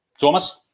Thomas